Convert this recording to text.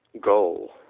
goal